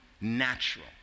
natural